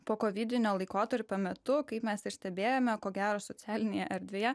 pokovidinio laikotarpio metu kaip mes ir stebėjome ko gero socialinėje erdvėje